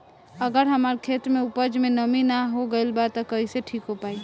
अगर हमार खेत में उपज में नमी न हो गइल बा त कइसे ठीक हो पाई?